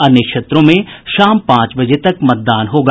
अन्य क्षेत्रों में शाम पांच बजे तक मतदान होगा